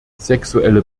sexuelle